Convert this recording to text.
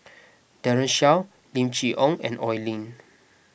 Daren Shiau Lim Chee Onn and Oi Lin